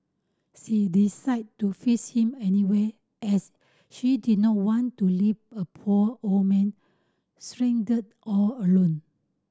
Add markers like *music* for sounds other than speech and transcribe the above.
*unintelligible* decided to fetch him anyway as he did not want to leave a poor old man stranded all alone